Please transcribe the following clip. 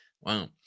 Wow